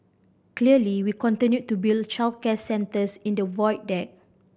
clearly we continue to build childcare centres in the Void Deck